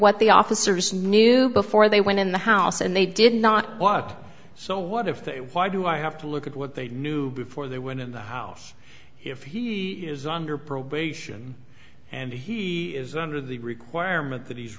what the officers knew before they went in the house and they did not what so what if they why do i have to look at what they knew before they went in the house if he is under probation and he is under the requirement that he's